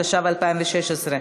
התשע"ו 2016,